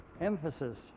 emphasis